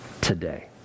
today